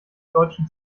deutschen